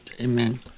Amen